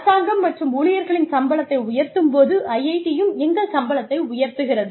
அரசாங்கம் மற்ற ஊழியர்களின் சம்பளத்தை உயர்த்தும் போது IIT யும் எங்கள் சம்பளத்தை உயர்த்துகிறது